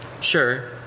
Sure